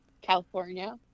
California